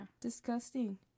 disgusting